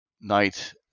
night